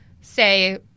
say